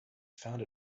found